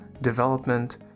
development